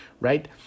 right